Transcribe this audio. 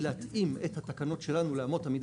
היא להתאים את התקנות שלנו לאמות המידה